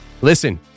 Listen